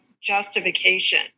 justification